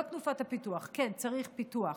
לא תנופת הפיתוח, כן צריך פיתוח,